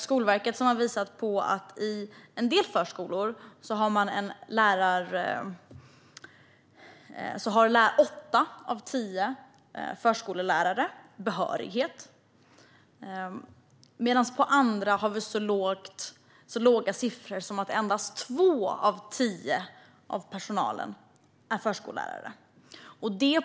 Skolverket har visat på att i en del förskolor har åtta av tio förskollärare behörighet. I andra är siffrorna så låga som två av tio i personalen som är förskollärare.